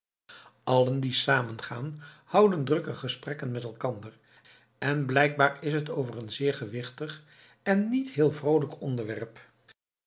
allen die samen gaan houden drukke gesprekken met elkander en blijkbaar is het over een zeer gewichtig en niet heel vroolijk onderwerp